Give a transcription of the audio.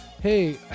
Hey